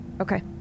Okay